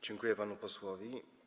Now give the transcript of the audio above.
Dziękuję panu posłowi.